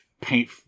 paint